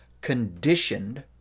conditioned